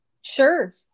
sure